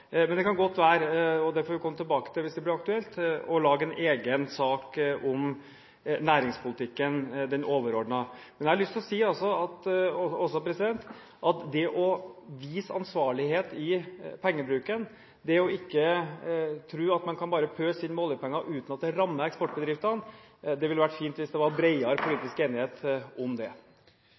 Men det kan godt være – og det får vi komme tilbake til hvis det blir aktuelt – at vi skal lage en egen sak om den overordnede næringspolitikken. Men jeg har også lyst til å si at det å vise ansvarlighet i pengebruken, det å ikke tro at man bare kan pøse inn med oljepenger uten at det rammer eksportbedriftene, ville det vært fint om det hadde vært bredere politisk enighet om. Det